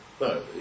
No